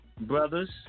brothers